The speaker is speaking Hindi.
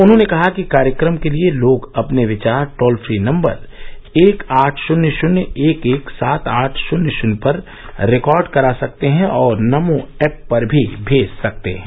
उन्होंने कहा कि कार्यक्रम के लिए लोग अपने विचार टोल फ्री नम्बर एक आठ शून्य शून्य एक एक सात आठ शून्य शून्य पर रिकॉर्ड करा सकते हैं और नमो एप पर भी भेज सकते हैं